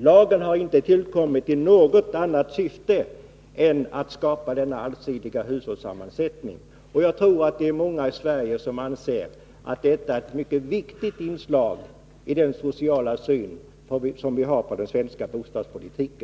Lagen har inte tillkommit i något annat syfte än att skapa denna allsidiga hushållssammansättning. Jag tror att det är många i Sverige som anser att detta är ett mycket viktigt inslag i den sociala syn som vi har på den svenska bostadspolitiken.